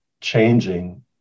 changing